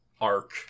arc